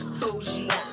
bougie